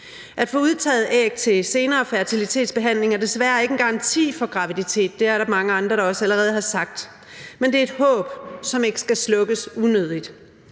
At få udtaget æg til senere fertilitetsbehandling er desværre ikke en garanti for graviditet – det er der mange andre der også allerede har sagt – men det er et håb, som ikke skal slukkes unødigt.